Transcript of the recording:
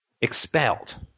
expelled